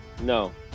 No